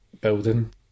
building